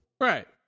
Right